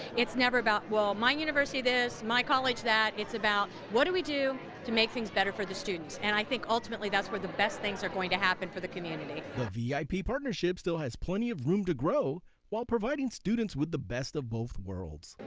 it's never about, well, my university this, my college that, it's about what do we do to make things better for the students and i think ultimately that's where the best things are going to happen for the community. the vip partnership still has plenty of room to grow while providing students with the best of both worlds.